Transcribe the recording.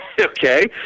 Okay